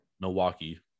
Milwaukee